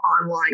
online